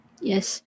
Yes